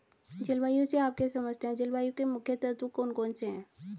जलवायु से आप क्या समझते हैं जलवायु के मुख्य तत्व कौन कौन से हैं?